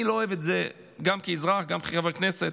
אני לא אוהב את זה גם כאזרח, גם כחבר כנסת,